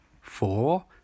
four